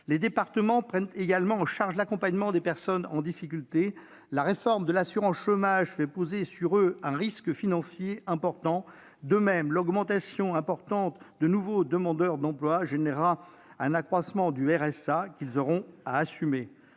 Les départements prennent également en charge l'accompagnement des personnes en difficulté. La réforme de l'assurance chômage fait peser sur eux un risque financier sérieux. De même, l'augmentation importante du nombre de nouveaux demandeurs d'emploi entraînera un accroissement du RSA qu'ils devront assumer.